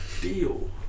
Deal